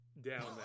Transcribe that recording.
down